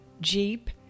Jeep